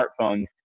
smartphones